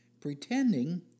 pretending